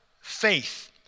faith